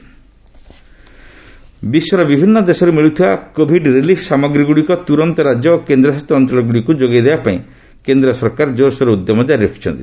Covid relief ବିଶ୍ୱର ବିଭିନ୍ନ ଦେଶରୁ ମିଳୁଥିବା କୋଭିଡ୍ ରିଲିଫ୍ ସାମଗ୍ରୀଗ୍ରଡ଼ିକ ତ୍ରରନ୍ତ ରାଜ୍ୟ ଓ କେନ୍ଦ୍ରଶାସିତ ଅଞ୍ଚଳଗୁଡ଼ିକ୍ ଯୋଗାଇ ଦେବାପାଇଁ କେନ୍ଦ୍ର ସରକାର ଜୋର୍ସୋର୍ ଉଦ୍ୟମ ଜାରି ରଖିଛନ୍ତି